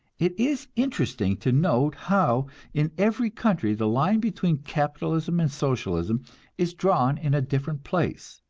it is interesting to note how in every country the line between capitalism and socialism is drawn in a different place.